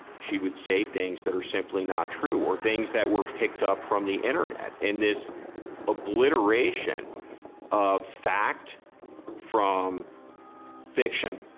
she would say things that are simply not true. or things that were picked up from the internet. and this obliteration of fact from fiction,